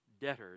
debtors